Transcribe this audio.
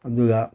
ꯑꯗꯨꯒ